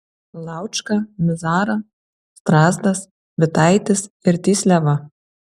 laučka mizara strazdas vitaitis ir tysliava